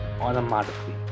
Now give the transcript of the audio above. automatically